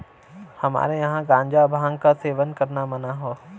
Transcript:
हमरे यहां गांजा भांग क सेवन करना मना हौ